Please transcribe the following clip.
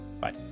Bye